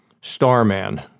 Starman